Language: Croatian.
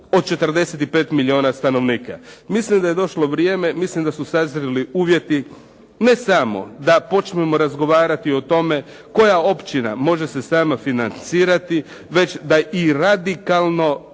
od 45 milijuna stanovnika. Mislim da je došlo vrijeme, mislim da su sazreli uvjeti ne samo da počnemo razgovarati o tome koja općina može se sam financirati već da i radikalno